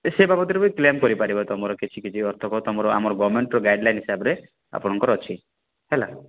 ସେ ବାବଦରେ ବି କ୍ଲେମ୍ କରିପାରିବେ ତୁମର କିଛି କିଛି ଆମର ଗଭର୍ଣ୍ଣମେଣ୍ଟର୍ ଗାଇଡ଼୍ ଲାଇନ୍ ହିସାବରେ ଆପଣଙ୍କର ଅଛି ହେଲା